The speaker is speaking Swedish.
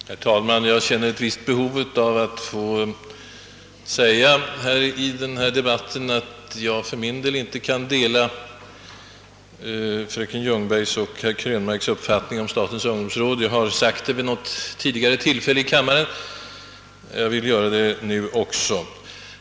Herr talman! Jag känner ett visst behov av att i denna debatt få betona att jag inte kan dela fröken Ljungbergs och herr Krönmarks uppfattning om statens ungdomsråd; jag har sagt det i kammaren vid något tidigare tillfälle och vill göra det nu också.